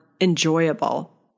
enjoyable